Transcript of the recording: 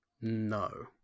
No